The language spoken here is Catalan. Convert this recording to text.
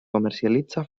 comercialitza